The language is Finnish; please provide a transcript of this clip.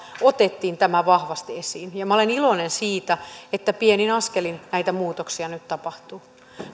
otettiin tämä vahvasti esiin ja minä olen iloinen siitä että pienin askelin näitä muutoksia nyt tapahtuu